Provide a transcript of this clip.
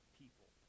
people